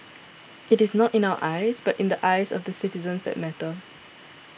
it is not in our eyes but in the eyes of the citizens that matter